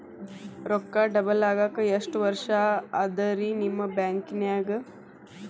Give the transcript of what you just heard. ರೊಕ್ಕ ಡಬಲ್ ಆಗಾಕ ಎಷ್ಟ ವರ್ಷಾ ಅದ ರಿ ನಿಮ್ಮ ಬ್ಯಾಂಕಿನ್ಯಾಗ?